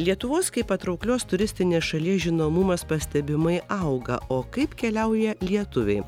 lietuvos kaip patrauklios turistinės šalies žinomumas pastebimai auga o kaip keliauja lietuviai